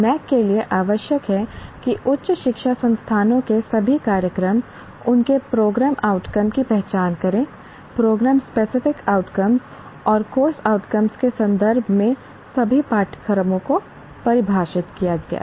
NAAC के लिए आवश्यक है कि उच्च शिक्षा संस्थानों के सभी कार्यक्रम उनके प्रोग्राम आउटकम की पहचान करें प्रोग्राम स्पेसिफिक आउटकम्स और कोर्स आउटकम्स के संदर्भ में सभी पाठ्यक्रमों को परिभाषित किया जाए